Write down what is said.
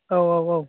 औ औ औ